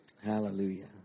Hallelujah